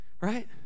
Right